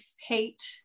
hate